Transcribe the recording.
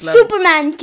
Superman